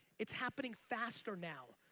it's happening faster now.